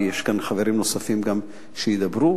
ויש חברים נוספים מסיעת העבודה שגם ידברו